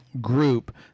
group